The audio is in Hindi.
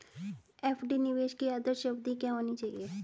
एफ.डी निवेश की आदर्श अवधि क्या होनी चाहिए?